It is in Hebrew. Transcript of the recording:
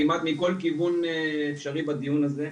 כמעט מכל כיוון אפשרי בדיון הזה.